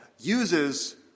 uses